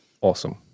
awesome